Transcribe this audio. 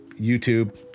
YouTube